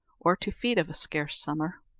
or to feed of a scarce summer.